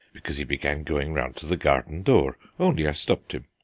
because he began going round to the garden door, only i stopped him.